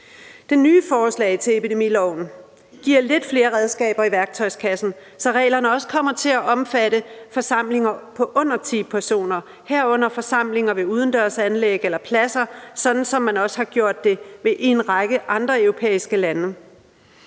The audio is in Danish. De nye forslag til epidemiloven giver lidt flere redskaber i værktøjskassen, så reglerne også kommer til at omfatte forsamlinger på under ti personer, herunder forsamlinger ved udendørsanlæg eller pladser, sådan som man også har gjort det i en række andre europæiske lande.